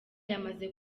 yamaze